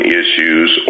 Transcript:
issues